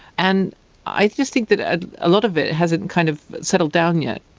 and i just think that a ah lot of it hasn't kind of settled down yet.